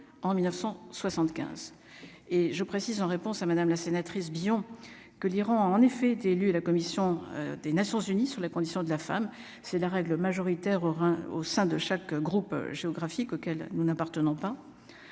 en 1975 et je précise, en réponse à Madame la sénatrice Billon, que l'Iran a en effet été élu à la commission des Nations unies sur la condition de la femme, c'est la règle majoritaire au sein de chaque groupe géographique auquel nous n'appartenant pas